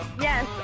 Yes